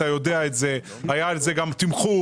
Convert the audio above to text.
אתה יודע את זה; היה על זה גם תמחור.